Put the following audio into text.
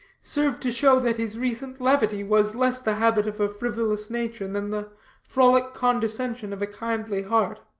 served to show that his recent levity was less the habit of a frivolous nature, than the frolic condescension of a kindly heart.